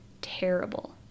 terrible